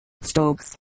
Stokes